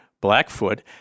Blackfoot